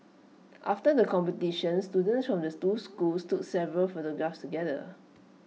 after the competition students from the two schools took several photographs together